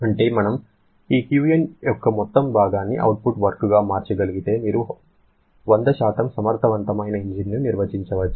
అంటే మనము ఈ Qin యొక్క మొత్తం భాగాన్ని అవుట్పుట్ వర్క్ గా మార్చగలిగితే మీరు 100 సమర్థవంతమైన ఇంజిన్ను నిర్వచించవచ్చు